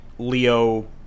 leo